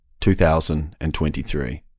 2023